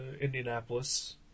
Indianapolis